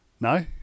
No